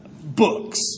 books